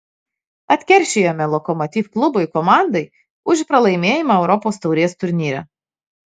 atkeršijome lokomotiv klubui komandai už pralaimėjimą europos taurės turnyre